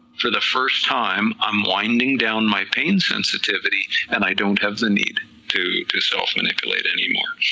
for the first time i'm winding down my pain sensitivity, and they don't have the need to self manipulate any more,